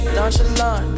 Nonchalant